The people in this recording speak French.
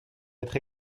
être